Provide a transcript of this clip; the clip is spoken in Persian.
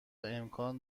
امکان